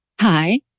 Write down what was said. Hi